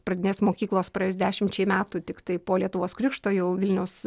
pradinės mokyklos praėjus dešimčiai metų tiktai po lietuvos krikšto jau vilniaus